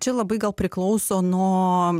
čia labai gal priklauso nuo